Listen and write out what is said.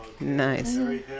nice